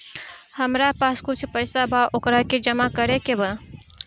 हमरा पास कुछ पईसा बा वोकरा के जमा करे के बा?